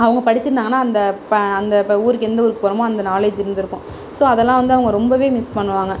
அவங்க படிச்சுருந்தாங்கன்னா அந்த ப அந்த ப ஊருக்கு எந்த ஊருக்கு போகிறோமோ அந்த நாலேட்ஜ் இருந்துருக்கும் ஸோ அதெல்லாம் அவங்க வந்து ரொம்பவே மிஸ் பண்ணுவாங்க